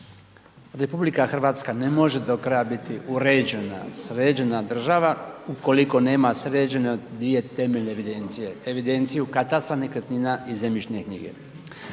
RH ne može do kraja biti uređena, sređena država ukoliko nema sređene dvije temeljne evidencije, evidenciju katastra nekretnina i zemljišne knjige.